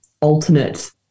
alternate